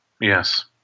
Yes